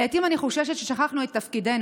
לעיתים אני חוששת ששכחנו את תפקידנו.